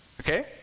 Okay